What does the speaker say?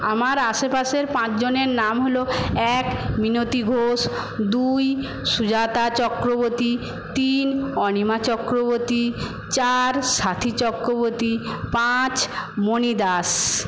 আমার আশেপাশের পাঁচজনের নাম হলো এক মিনতি ঘোষ দুই সুজাতা চক্রবর্তী তিন অনিমা চক্রবর্তী চার স্বাথী চক্রবর্তী পাঁচ মনি দাস